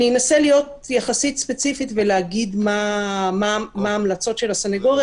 אני אנסה להיות ספציפית ולהגיד מה ההמלצות של הסנגוריה